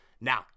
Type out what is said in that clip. Now